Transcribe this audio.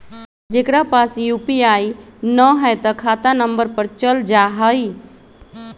जेकरा पास यू.पी.आई न है त खाता नं पर चल जाह ई?